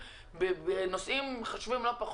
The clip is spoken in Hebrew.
שנכנסים בנעליה של המדינה בנושאים חשובים לא פחות,